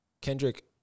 Kendrick